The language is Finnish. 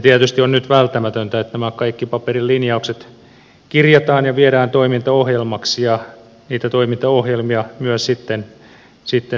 tietysti on nyt välttämätöntä että nämä kaikki paperin linjaukset kirjataan ja viedään toimintaohjelmaksi ja niitä toimintaohjelmia myös sitten seurataan